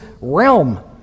realm